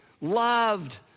loved